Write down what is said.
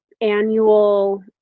annual